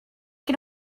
can